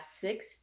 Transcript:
six